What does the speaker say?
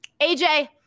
AJ